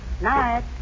Night